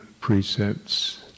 precepts